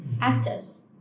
actors